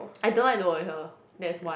I don't like to work with her that's one